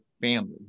family